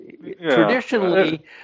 traditionally